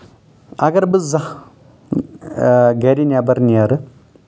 اَگر بہٕ زانٛہہ گرِ نیٚبر نیٚرٕ